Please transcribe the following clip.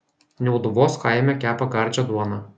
niauduvos kaime kepa gardžią duoną